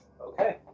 Okay